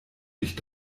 dich